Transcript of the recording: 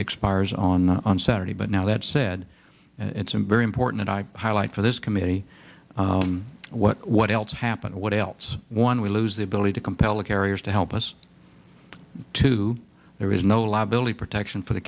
expires on on saturday but now that said it's a very important i highlight for this committee what what else happened what else one we lose the ability to compel the carriers to help us to there is no liability protection for the